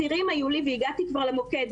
היו לי צירים מלחץ והגעתי כבר למוקד.